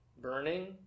burning